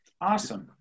Awesome